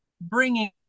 bringing